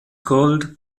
gold